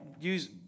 use